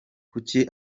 kuki